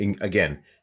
again